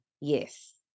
Yes